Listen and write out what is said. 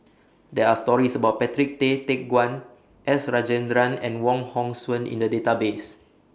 There Are stories about Patrick Tay Teck Guan S Rajendran and Wong Hong Suen in The Database